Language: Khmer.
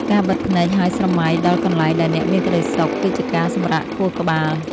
ការបិទភ្នែកហើយស្រមៃដល់កន្លែងដែលអ្នកមានក្ដីសុខ គឺជាការសម្រាកខួរក្បាល។